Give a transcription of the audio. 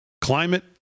Climate